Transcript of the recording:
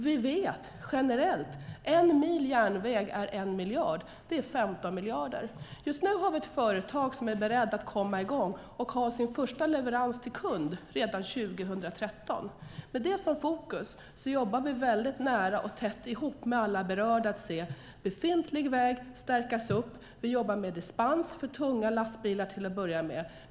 Generellt vet vi att en mil järnväg kostar 1 miljard. Det betyder 15 miljarder. Just nu finns ett företag som är berett att komma i gång och ha sin första leverans till kund redan 2013. Med det som fokus jobbar vi tätt ihop med alla berörda för att se om och hur befintlig väg kan stärkas upp, och vi jobbar med dispens för tunga lastbilar till att börja med.